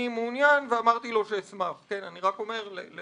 אהיה מעוניין ואמרתי לו שאשמח." אייל